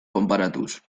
konparatuz